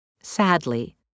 Sadly